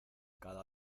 cada